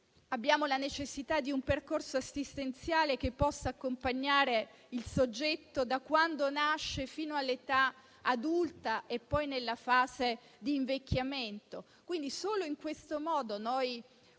Abbiamo la necessità di un percorso assistenziale che possa accompagnare il soggetto da quando nasce fino all'età adulta e poi nella fase di invecchiamento. Solo in questo modo potremo